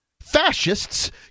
fascists